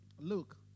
look